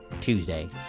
Tuesday